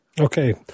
okay